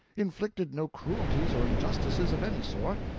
inflicted no cruelties or injustices of any sort,